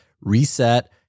reset